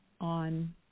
on